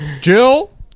Jill